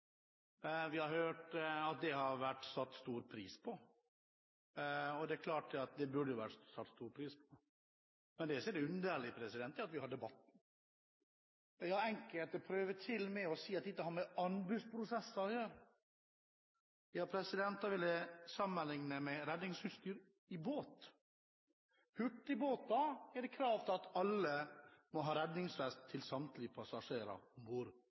Vi har hørt at det har vært satt stor pris på. Det er klart at det burde vært satt stor pris på, men det som er underlig, er at vi har debatten. Enkelte prøver til og med å si at dette har med anbudsprosesser å gjøre. Da vil jeg sammenligne med redningsutstyr i båt. I hurtigbåter er det krav om at alle må ha redningsvest til samtlige passasjerer